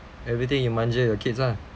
everything you manja your kids lah